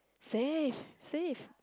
safe safe